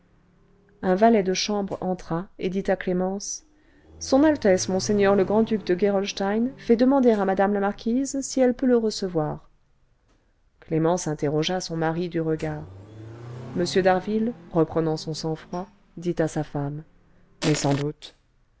un valet de chambre entra et dit à clémence son altesse monseigneur le grand-duc de gerolstein fait demander à mme la marquise si elle peut le recevoir clémence interrogea son mari du regard m d'harville reprenant son sang-froid dit à sa femme mais sans doute